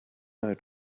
now